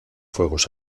fuegos